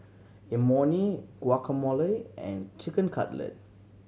Imoni Guacamole and Chicken Cutlet